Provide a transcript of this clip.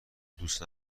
دوست